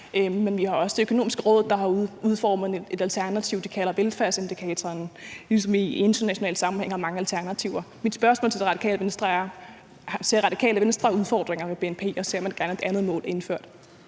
men vi har også Det Økonomiske Råd, der har udformet et alternativ, som de kalder velfærdsindikatorerne, ligesom man i international sammenhæng har mange alternativer. Mit spørgsmål til Radikale Venstre er: Ser Radikale Venstre udfordringer med bnp, og ser man gerne et andet mål indført?